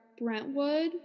Brentwood